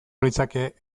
litzateke